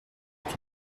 avec